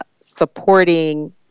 supporting